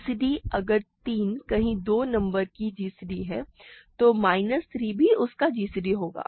gcd अगर 3 किन्ही 2 number की gcd है तो माइनस 3 भी उनका gcd होगा